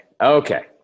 Okay